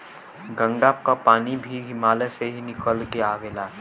गंगा क पानी भी हिमालय से ही निकल के आवेला